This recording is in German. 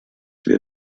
wir